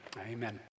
amen